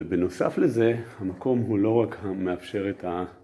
‫ובנוסף לזה, המקום הוא לא רק ‫מאפשר את ה...